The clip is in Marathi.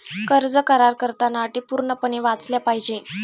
कर्ज करार करताना अटी पूर्णपणे वाचल्या पाहिजे